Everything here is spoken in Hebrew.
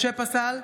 משה פסל,